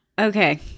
Okay